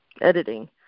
editing